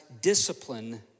discipline